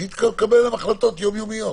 שהיא תקבל עליהן החלטות יומיומיות.